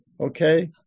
okay